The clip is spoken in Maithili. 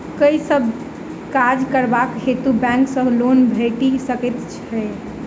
केँ सब काज करबाक हेतु बैंक सँ लोन भेटि सकैत अछि?